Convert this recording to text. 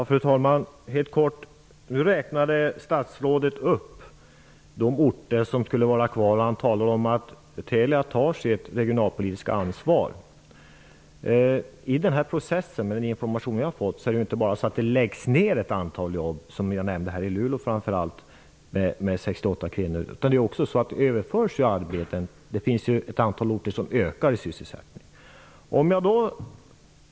Fru talman! Nu räknade statsrådet upp de orter där Telia skall vara kvar. Han sade att Telia tar sitt regionalpolitiska ansvar. Av den information jag har fått framgår det att det inte bara läggs ned ett antal arbetstillfällen -- framför allt i Luleå där 68 kvinnor berörs -- utan att det överförs även ett antal arbeten. Det finns ju ett antal orter där sysselsättningsnivån ökar.